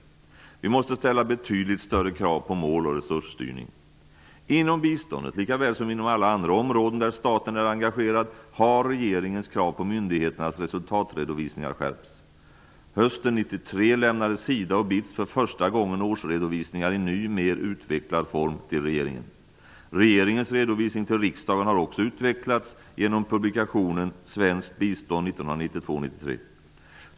Vi måste ställa betydligt större krav på mål och resursstyrning. Inom biståndet, lika väl som inom alla andra områden där staten är engagerad, har regeringens krav på myndigheternas resultatredovisningar skärpts. Hösten 1993 lämnade SIDA och BITS för första gången årsredovisningar i en ny, mer utvecklad form till regeringen. Regeringens redovisning till riksdagen har också utvecklats genom publikationen Svenskt bistånd 1992/93.